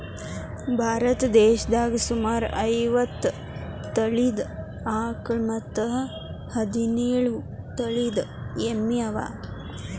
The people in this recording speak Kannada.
ಭಾರತ್ ದೇಶದಾಗ್ ಸುಮಾರ್ ಐವತ್ತ್ ತಳೀದ ಆಕಳ್ ಮತ್ತ್ ಹದಿನೇಳು ತಳಿದ್ ಎಮ್ಮಿ ಅವಾ